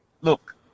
look